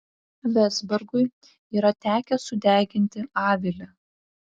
vezbergui yra tekę sudeginti avilį